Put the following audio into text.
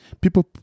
People